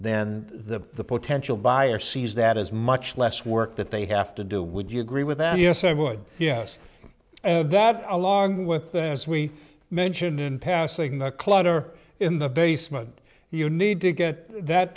then the potential buyer sees that is much less work that they have to do would you agree with that yes i would yes that along with as we mentioned in passing the clutter in the basement you need to get that